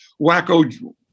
wacko